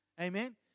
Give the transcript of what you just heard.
Amen